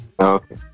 Okay